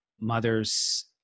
mother's